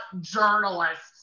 journalists